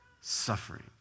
suffering